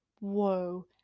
whoa